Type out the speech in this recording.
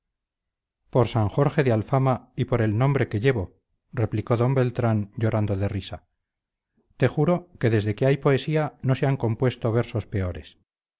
por san jorge de alfama y por el nombre que llevo replicó d beltrán llorando de risa te juro que desde que hay poesía no se han compuesto versos peores